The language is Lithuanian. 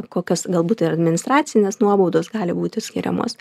kokios galbūt ir administracinės nuobaudos gali būti skiriamos